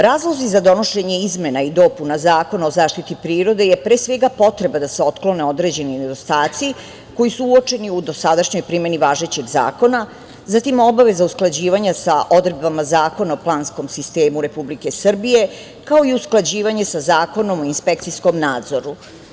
Razlozi za donošenje izmena i dopuna Zakona o zaštiti prirode je pre svega potreba da se otklone određeni nedostaci koji su uočeni u dosadašnjoj primeni važećeg zakona, zatim obaveza usklađivanja sa odredbama Zakona o planskom sistemu Republike Srbije, kao i usklađivanje sa Zakonom i inspekcijskom nadzoru.